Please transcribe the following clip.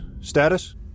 status